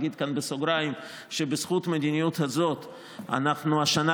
אגיד כאן בסוגריים שבזכות המדיניות הזאת אנחנו השנה,